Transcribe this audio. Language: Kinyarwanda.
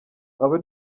aba